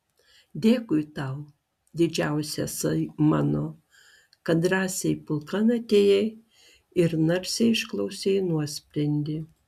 dėkui tau didžiausiasai mano kad drąsiai pulkan atėjai ir narsiai išklausei nuosprendį